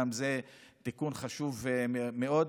גם זה תיקון חשוב מאוד.